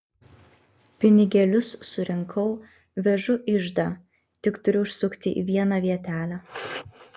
pinigėlius surinkau vežu iždą tik turiu užsukti į vieną vietelę